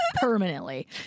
permanently